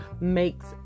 makes